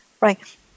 right